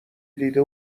دیده